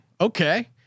Okay